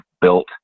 built